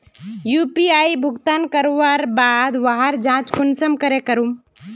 UPI भुगतान करवार बाद वहार जाँच कुंसम करे करूम?